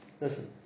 Listen